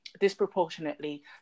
disproportionately